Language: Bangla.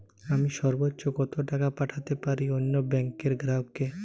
আমি সর্বোচ্চ কতো টাকা পাঠাতে পারি অন্য ব্যাংক র গ্রাহক কে?